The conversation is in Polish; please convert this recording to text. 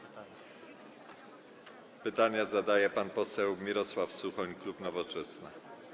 Pytanie zadaje pan poseł Mirosław Suchoń, klub Nowoczesna.